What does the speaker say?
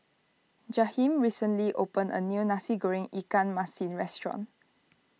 Jaheem recently opened a new Nasi Goreng Ikan Masin restaurant